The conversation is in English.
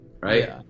right